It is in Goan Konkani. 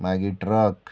मागीर ट्रक